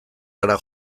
hara